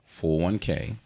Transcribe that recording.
401k